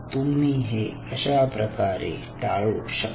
तुम्ही हे कशाप्रकारे टाळू शकता